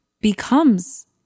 becomes